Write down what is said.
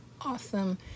awesome